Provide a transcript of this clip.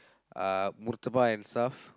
uh murtabak and stuff